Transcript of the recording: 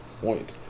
point